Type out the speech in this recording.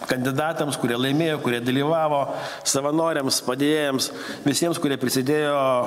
kandidatams kurie laimėjo kurie dalyvavo savanoriams padėjėjams visiems kurie prisidėjo